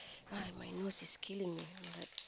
uh my nose is killing me [oh]-my-god